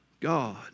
God